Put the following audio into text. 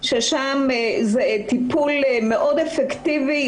שם זה טיפול מאוד אפקטיבי,